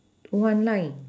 one line